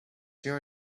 your